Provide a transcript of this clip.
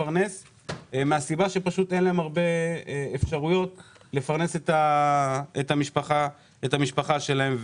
מהסיבה שאין להם הרבה אפשרויות לפרנס את המשפחה שלהם.